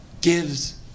gives